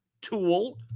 tool